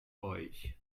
euch